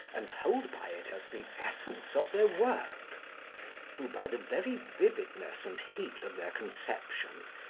and hold by it as the essence of their work who, by the very vividness and heat of their conception,